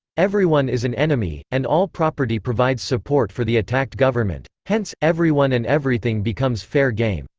everyone is an enemy, and all property provides support for the attacked government. hence, everyone and everything becomes fair game.